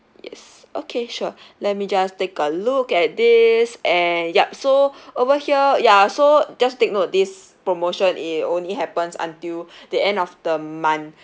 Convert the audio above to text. yes okay sure let me just take a look at this and yup so over here ya so just take note this promotion it only happens until the end of the month